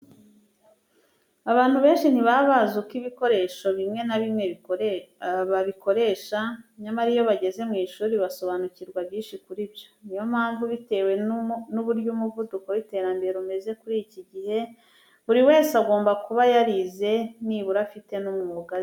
Abantu benshi ntibaba bazi uko ibikoresho bimwe na bimwe babikoresha, nyamara iyo bageze mu ishuri basobanukirwa byinshi kuri byo. Ni yo mpamvu bitewe n'uburyo umuvuduko w'iterambere umeze muri iki gihe, buri wese agomba kuba yarize nibura afite n'umwuga azi.